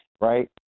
right